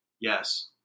Yes